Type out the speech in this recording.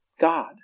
God